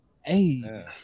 Hey